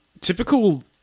typical